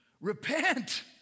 Repent